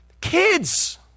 Kids